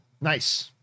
Nice